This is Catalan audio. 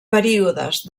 períodes